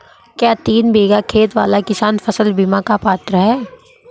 क्या तीन बीघा खेत वाला किसान फसल बीमा का पात्र हैं?